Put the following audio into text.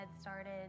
started